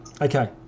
Okay